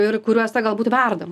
ir kuriuose galbūt verdam